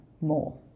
more